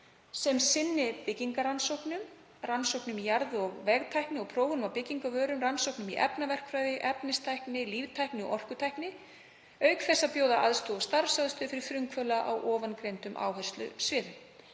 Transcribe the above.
sem sinni byggingarrannsóknum, rannsóknum í jarð- og vegtækni og prófunum á byggingarvörum, rannsóknum í efnaverkfræði, efnistækni, líftækni og orkutækni, auk þess að bjóða aðstoð og starfsaðstöðu fyrir frumkvöðla á ofangreindum áherslusviðum.